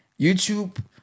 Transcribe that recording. YouTube